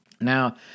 Now